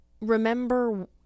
remember